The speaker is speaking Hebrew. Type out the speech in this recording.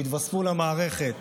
שהתווספו למערכת.